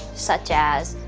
such as,